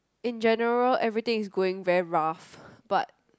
in general everything is going very rough but